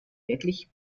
wirklich